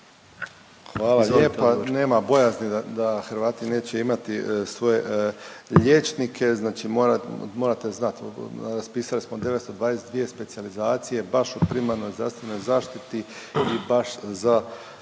Hvala lijepa. Nema bojazni da Hrvati neće imati svoje liječnike, znate morate znat raspisali smo 922 specijalizacije baš u primarnoj zdravstvenoj zaštiti i baš za